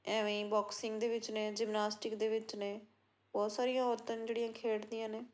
ਐਵੇਂ ਹੀ ਬੋਕਸਿੰਗ ਦੇ ਵਿੱਚ ਨੇ ਜਿਮਨਾਸਟਿਕ ਦੇ ਵਿੱਚ ਨੇ ਬਹੁਤ ਸਾਰੀਆਂ ਔਰਤਾਂ ਨੇ ਜਿਹੜੀਆਂ ਖੇਡਦੀਆਂ ਨੇ